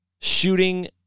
shooting